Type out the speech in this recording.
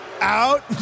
Out